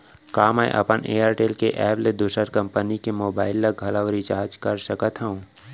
का मैं अपन एयरटेल के एप ले दूसर कंपनी के मोबाइल ला घलव रिचार्ज कर सकत हव?